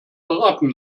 beraten